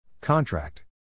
Contract